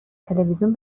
تلویزیون